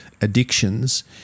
addictions